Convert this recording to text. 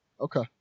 Okay